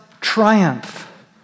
triumph